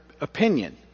opinion